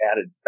added